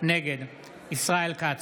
נגד ישראל כץ,